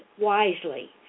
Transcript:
wisely